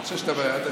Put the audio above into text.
אני חושב שאתה נסחף.